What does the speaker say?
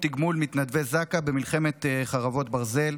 תגמול מתנדבי זק"א במלחמת חרבות ברזל).